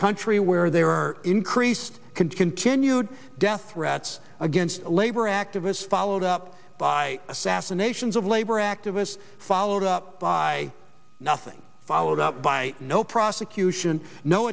country where there are increased continued death threats against labor activists followed up by by assassinations of labor activists followed up by nothing followed up by no prosecution no